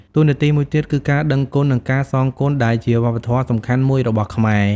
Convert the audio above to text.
តួនាទីមួយទៀតគឺការដឹងគុណ និងការសងគុណដែលជាវប្បធម៌ដ៏សំខាន់មួយរបស់ខ្មែរ។